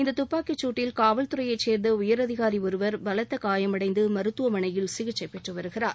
இந்த துப்பாக்கிச்சூட்டில் காவல்துறையைச் சேர்ந்த உயரதிகாரி ஒருவர் பலத்த காயமடைந்து மருத்துவமனையில் சிகிச்சை பெற்று வருகிறார்